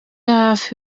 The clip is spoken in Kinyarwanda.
hafi